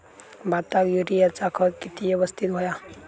भाताक युरियाचा खत किती यवस्तित हव्या?